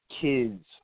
kids